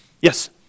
Yes